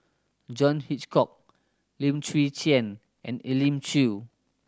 John Hitchcock Lim Chwee Chian and Elim Chew